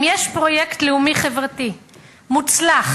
אם יש פרויקט לאומי חברתי מוצלח